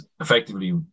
effectively